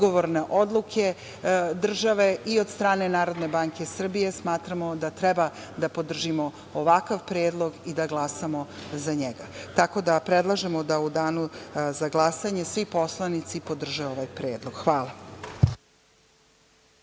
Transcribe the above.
odgovorne odluke države i od strane NBS, smatramo da treba da podržimo ovakav predlog i da glasamo za njega. Tako da predlažemo da u danu za glasanje svi poslanici podrže ovaj predlog. Hvala.